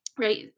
Right